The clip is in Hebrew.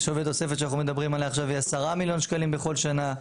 התוספת שאנחנו מדברים עליה עכשיו היא עשרה מיליון שקלים בכל שנה.